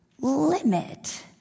limit